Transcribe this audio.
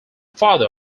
father